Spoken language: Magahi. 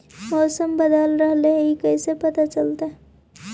मौसम बदल रहले हे इ कैसे पता चलतै?